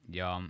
ja